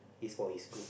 is for his good